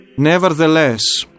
Nevertheless